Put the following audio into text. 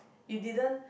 it didn't